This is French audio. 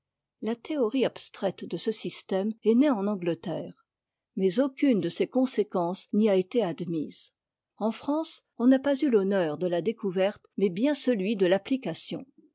la théorie abstraite de ce système est née en a ngleterre mais aucune de ses conséquences n'y a été admise en france on n'a pas eu l'honneur de la découverte mais bien celui de l'application